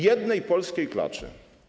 Jednej polskiej klaczy.